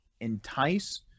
entice